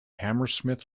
hammersmith